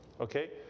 okay